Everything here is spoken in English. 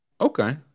Okay